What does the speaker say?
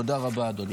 תודה רבה, אדוני.